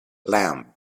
lamb